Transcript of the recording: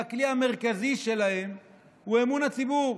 שהכלי המרכזי שלהן הוא אמון הציבור.